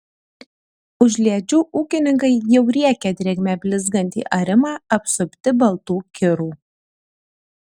užliedžių ūkininkai jau riekia drėgme blizgantį arimą apsupti baltų kirų